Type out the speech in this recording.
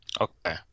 Okay